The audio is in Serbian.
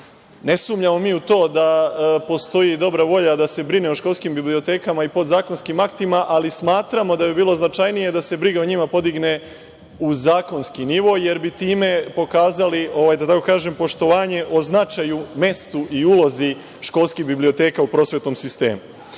Ne sumnjamo mi u to da postoji dobra volja da se brine o školskim bibliotekama i podzakonskim aktima, ali smatramo da bi bilo značajnije da se briga o njima podigne u zakonski nivo, jer bi time pokazali, da tako kažem, poštovanje o značaju, mestu i ulozi školskih biblioteka u prosvetnom sistemu. Druga